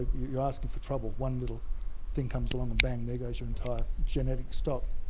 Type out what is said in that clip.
you're asking for trouble. one little thing comes along and bang, there goes your entire genetic stock.